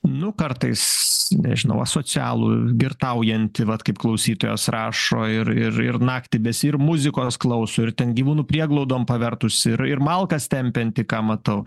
nu kartais nežinau asocialų girtaujantį vat kaip klausytojas rašo ir ir ir naktį besi ir muzikos klauso ir ten gyvūnų prieglaudom pavertus ir ir malkas tempiantį ką matau